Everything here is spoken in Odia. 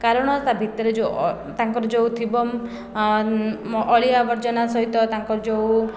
କାରଣ ତା ଭିତରେ ଯେଉଁ ତାଙ୍କର ଯେଉଁ ଥିବଅଳିଆ ଆବର୍ଜନା ସହିତ ତାଙ୍କର ଯେଉଁ